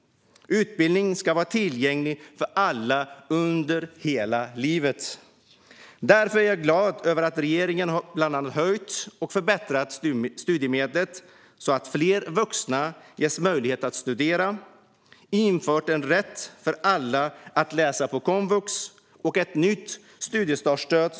Utbildningen ska vara tillgänglig för alla under hela livet. Därför är jag glad över att regeringen bland annat har höjt och förbättrat studiemedlen så att fler vuxna ges möjlighet att studera. Man har också infört en rätt för alla att läsa på komvux och ett nytt studiestartsstöd.